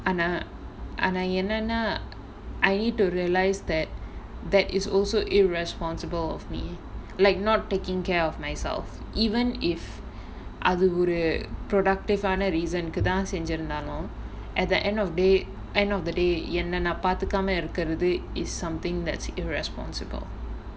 ஆனா ஆனா என்னன்னா:aanaa aanaa ennannaa I need to realise that that is also irresponsible of me like not taking care of myself even if அது ஒரு:athu oru productive ஆன:aana reason தான் செஞ்சிருந்தாலும்:than senjirunthaalum at the end da~ end of the day என்ன நான் பாத்துக்காம இருக்கறது:enna naan paathukkaama irukkrathu is something that's irresponsible